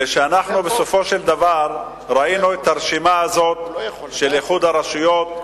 ובסופו של דבר ראינו את הרשימה הזאת של איחוד הרשויות,